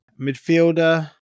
midfielder